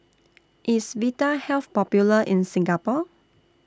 IS Vitahealth Popular in Singapore